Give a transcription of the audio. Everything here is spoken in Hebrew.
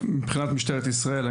מבחינת משטרת ישראל,